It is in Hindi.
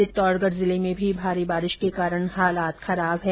चित्तौडगढ़ जिले में भी भारी बारिश के कारण हालात खराब हो रहे है